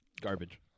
Garbage